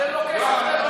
אז אין לו כסף,